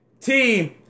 Team